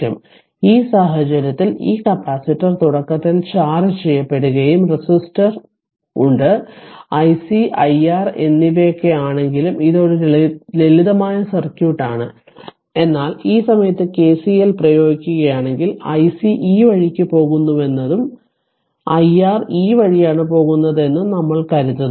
അതിനാൽ ഈ സാഹചര്യത്തിൽ ഈ കപ്പാസിറ്റർ തുടക്കത്തിൽ ചാർജ്ജ് ചെയ്യപ്പെടുകയും റെസിസ്റ്റർ ഉണ്ട് iC iR എന്നിവയൊക്കെയാണെങ്കിലും ഇത് ഒരു ലളിതമായ സർക്യൂട്ടാണ് എന്നാൽ ഈ സമയത്ത് KCL പ്രയോഗിക്കുകയാണെങ്കിൽ iC ഈ വഴിക്ക് പോകുന്നുവെന്നും iR ഈ വഴിയാണ് പോകുന്നതെന്നും നമ്മൾ കരുതുന്നു